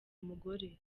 umugore